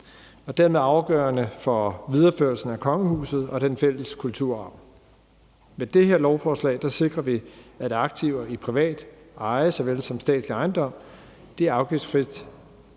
er dermed afgørende for videreførelsen af kongehuset og den fælles kulturarv. Med det her lovforslag sikrer vi, at aktiver i privat eje såvel som statslig ejendom afgiftsfrit